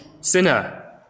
sinner